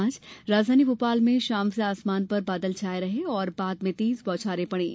आज राजधानी भोपाल में शाम से आसमान पर बादल छाये रहे और बाद में तेज बौछारें पड़ी